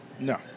No